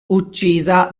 uccisa